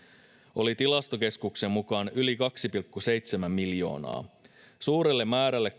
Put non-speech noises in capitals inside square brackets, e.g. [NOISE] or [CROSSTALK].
oli tilastokeskuksen mukaan yli kaksi pilkku seitsemän miljoonaa suurelle määrälle [UNINTELLIGIBLE]